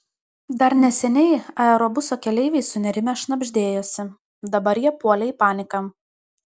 dar neseniai aerobuso keleiviai sunerimę šnabždėjosi dabar jie puolė į paniką